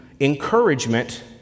encouragement